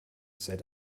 said